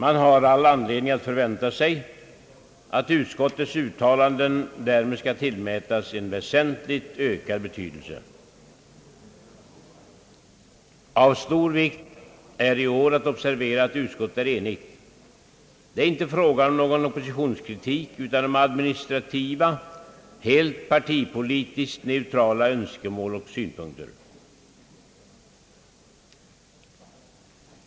Man har all anledning att förvänta sig, att utskottets uttalanden därmed skall tillmätas en väsentligt ökad betydelse. Av stor vikt är i år att observera, att utskottet är enigt. Det är inte fråga om någon oppositionskritik utan om administrativa, helt partipolitiskt neutrala önskemål och synpunkter.